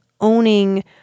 owning